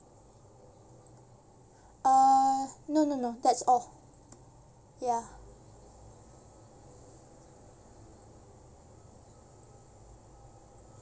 uh no no no that's all ya